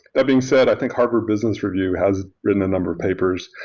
that being said, i think hardware business review has written a number of papers.